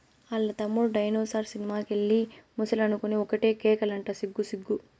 ఆల్ల తమ్ముడు dinosaur cinema కెళ్ళి ముసలనుకొని ఒకటే కేకలంట సిగ్గు సిగ్గు